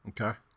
Okay